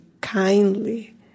kindly